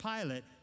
Pilate